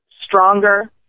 stronger